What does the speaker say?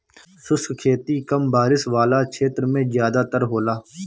शुष्क खेती कम बारिश वाला क्षेत्र में ज़्यादातर होला